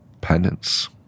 penance